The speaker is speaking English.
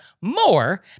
more